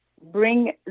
bring